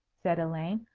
said elaine.